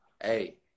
hey